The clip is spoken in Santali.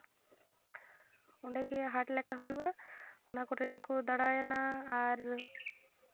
ᱚᱸᱰᱮ ᱜᱮ ᱦᱟᱴ ᱞᱮᱠᱟ ᱦᱩᱭᱩᱜᱼᱟ ᱚᱱᱟ ᱠᱚᱨᱮ ᱠᱚ ᱫᱟᱬᱟᱭᱮᱱᱟ ᱟᱨ